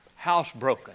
housebroken